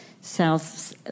south